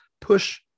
push